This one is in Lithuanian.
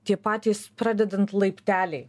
tie patys pradedant laipteliai